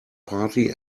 party